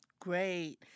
Great